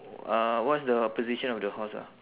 uh what's the position of the horse ah